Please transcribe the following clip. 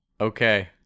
Okay